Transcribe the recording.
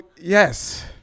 yes